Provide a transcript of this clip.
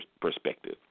perspective